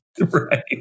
Right